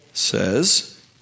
says